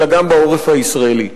אלא גם בעורף הישראלי.